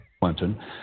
Clinton